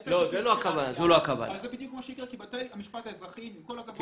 יעשה מה שיעשה --- זו לא הכוונה.